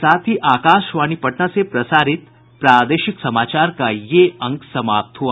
इसके साथ ही आकाशवाणी पटना से प्रसारित प्रादेशिक समाचार का ये अंक समाप्त हुआ